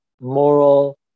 moral